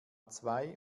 zwei